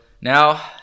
now